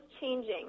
changing